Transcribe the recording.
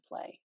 play